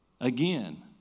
Again